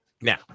Now